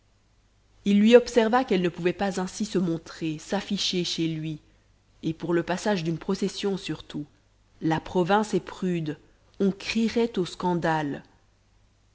il lui observa qu'elle ne pouvait pas ainsi se montrer s'afficher chez lui et pour le passage d'une procession surtout la province est prude on crierait au scandale